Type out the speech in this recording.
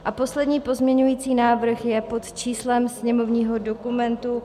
A poslední pozměňující návrh je pod číslem sněmovního dokumentu 4956.